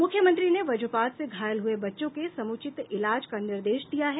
मुख्यमंत्री ने वजपात से घायल हुये बच्चों के समुचित इलाज का निर्देश दिया है